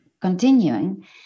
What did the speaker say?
continuing